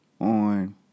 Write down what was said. on